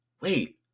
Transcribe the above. wait